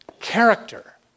Character